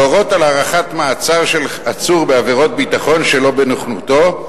להורות על הארכת מעצר של עצור בעבירות ביטחון שלא בנוכחותו,